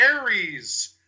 Aries